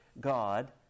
God